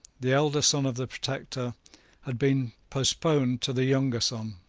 the elder son of the protector had been postponed to the younger son.